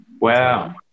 Wow